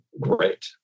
great